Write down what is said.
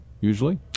usually